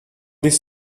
these